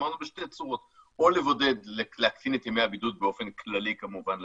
אמרנו בשתי צורות: או להקטין את ימי הבידוד באופן כללי כמובן לאזרחים.